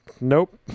nope